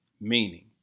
meaning